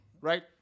Right